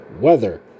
weather